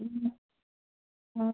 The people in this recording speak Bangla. হুম হুম